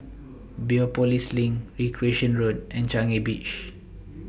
Biopolis LINK Recreation Road and Changi Beach